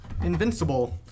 Invincible